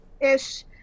ish